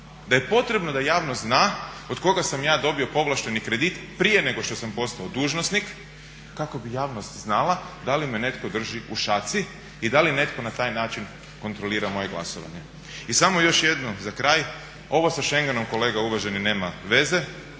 da je potrebno da javnost zna od koga sam ja dobio povlašteni kredit prije nego što sam postao dužnosnik kako bi javnost znala da li me netko drži u šaci i da li netko na taj način kontrolira moje glasovanje. I samo još jedno za kraj, ovo sa šengenom kolega uvaženi nema veze.